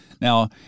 Now